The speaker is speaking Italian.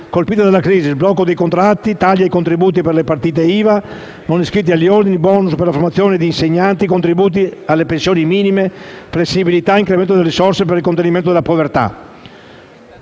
colpite dalla crisi, come lo sblocco dei contratti, i tagli ai contributi per le partite IVA non iscritte agli ordini, il *bonus* per la formazione di insegnanti, i contributi alle pensioni minime, la flessibilità, l'incremento delle risorse per il contrasto alla povertà.